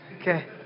Okay